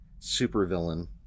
supervillain